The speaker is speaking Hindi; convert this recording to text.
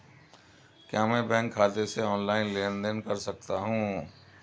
क्या मैं बैंक खाते से ऑनलाइन लेनदेन कर सकता हूं?